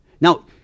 Now